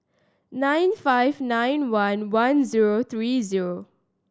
nine five nine one one zero three zero